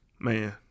man